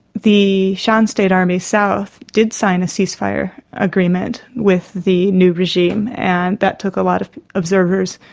the shan state army south did sign a ceasefire agreement with the new regime and that took a lot of observers,